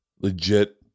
legit